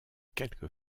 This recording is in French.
quelques